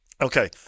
Okay